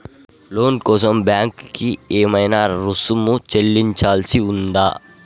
లోను కోసం బ్యాంక్ కి ఏమైనా రుసుము చెల్లించాల్సి ఉందా?